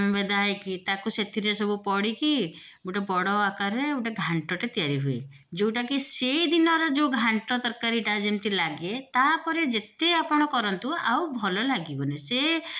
ଭେଦା ହେଇକି ତାକୁ ସେଥିରେ ସବୁ ପଡ଼ିକି ଗୋଟେ ବଡ଼ ଆକାରରେ ଗୋଟେ ଘାଣ୍ଟଟେ ତିଆରି ହୁଏ ଯେଉଁଟାକି ସେଇଦିନର ଯେଉଁ ଘାଣ୍ଟ ତରକାରୀଟା ଯେମିତି ଲାଗେ ତା'ପରେ ଯେତେ ଆପଣ କରନ୍ତୁ ଆଉ ଭଲ ଲାଗିବନି ସେ